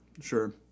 sure